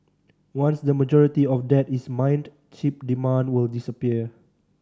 once the majority of that is mined chip demand will disappear